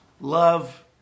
Love